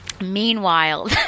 Meanwhile